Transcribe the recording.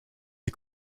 est